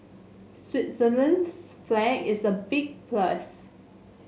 Switzerland's flag is a big plus